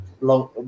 long